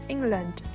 England